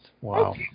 wow